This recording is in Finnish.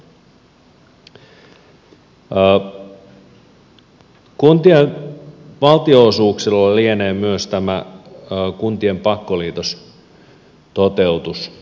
kuntien valtionosuuksilla lienee myös tämä kuntien pakkoliitostoteutus